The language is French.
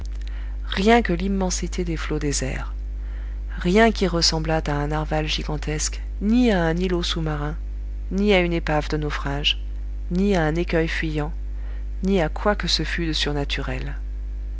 rien que l'immensité des flots déserts rien qui ressemblât à un narwal gigantesque ni à un îlot sous-marin ni à une épave de naufrage ni à un écueil fuyant ni à quoi que ce fût de surnaturel